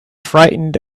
frightened